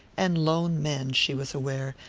and lone men, she was aware,